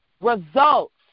Results